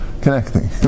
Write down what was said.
connecting